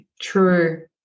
True